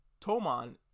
Toman